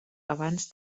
abans